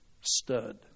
stud